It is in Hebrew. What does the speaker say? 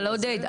אבל עודד,